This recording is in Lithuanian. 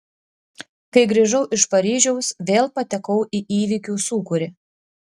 kai grįžau iš paryžiaus vėl patekau į įvykių sūkurį